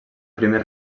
primer